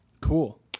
Cool